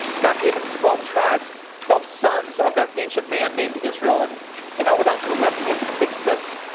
god gave us twelve tribes, twelve sons of that ancient man named israel and now and um we're down to eleven. we have to fix this.